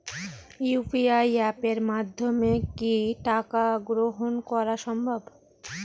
UPI অ্যাপের মাধ্যমে কি টাকা গ্রহণ করাও সম্ভব?